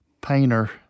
painter